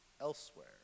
elsewhere